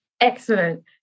Excellent